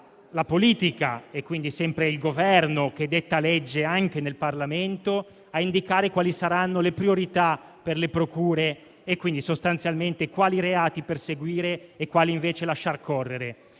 la politica e quindi sempre il Governo, che detta legge anche nel Parlamento, a indicare quali saranno le priorità per le procure e quindi sostanzialmente quali reati perseguire e quali invece lasciar correre.